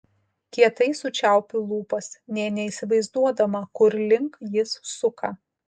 kietai sučiaupiu lūpas nė neįsivaizduodama kur link jis suka